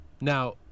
Now